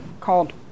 called